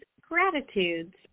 gratitudes